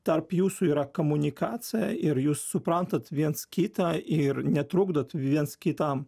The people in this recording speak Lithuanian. tarp jūsų yra komunikacija ir jūs suprantat viens kitą ir netrukdot viens kitam